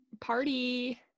Party